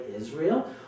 Israel